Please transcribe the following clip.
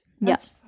Yes